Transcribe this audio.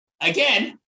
again